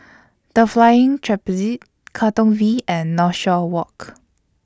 The Flying Trapeze Katong V and Northshore Walk